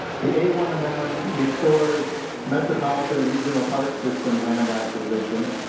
the a one amendment restores metropolitan regional park system land acquisition.